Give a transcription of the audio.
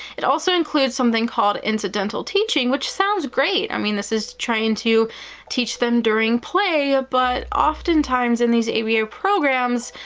it also includes something called incidental teaching, which sounds great. i mean, this is trying to teach them during play, but oftentimes in these aba programs,